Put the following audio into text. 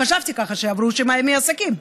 חשבתי ככה שעברו שבעה ימי עסקים,